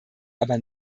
aber